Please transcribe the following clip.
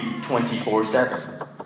24-7